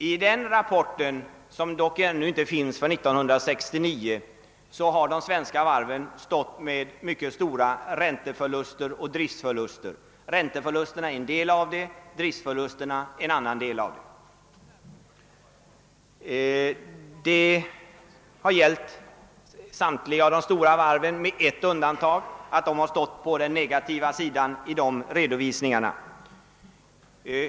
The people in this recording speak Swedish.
I dessa rapporter, som dock ännu inte föreligger för 1969, har de svenska varven stått med mycket stora ränteförluster och driftförluster. Ränteförlusterna är en del och driftförlusterna en annan del. Det har gällt för samtliga de stora varven med ett undantag, att de stått på den negativa sidan i dessa redovisningar.